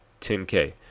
10K